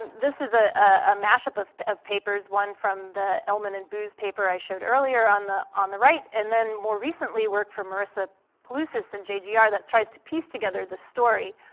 this is a ah mash-up of of papers, one from the ehlmann and buz paper i showed earlier on the on the right, and then more recently, work from marisa palucis in jgr that tries to piece together the story.